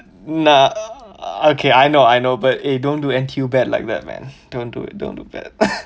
nah okay I know I know but eh don't do N_T_U bad like that man don't do it don't do that